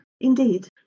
Indeed